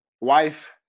Wife